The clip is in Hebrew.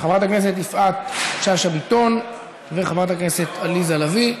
חברת הכנסת יפעת שאשא ביטון וחברת הכנסת עליזה לביא.